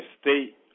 state